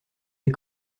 les